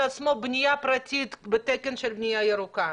עצמו בנייה פרטית בתקן של בנייה ירוקה?